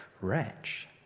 Wretch